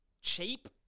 cheap